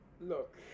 Look